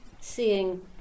seeing